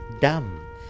dumb